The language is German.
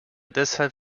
deshalb